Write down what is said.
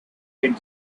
did